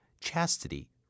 Chastity